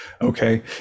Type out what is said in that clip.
Okay